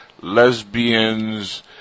lesbians